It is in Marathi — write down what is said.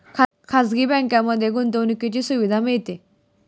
खाजगी बँकांमध्ये गुंतवणुकीची सुविधा मिळते